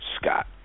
Scott